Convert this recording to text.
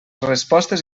respostes